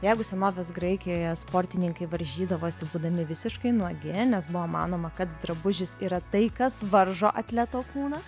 jeigu senovės graikijoje sportininkai varžydavosi būdami visiškai nuogi nes buvo manoma kad drabužis yra tai kas varžo atleto kūną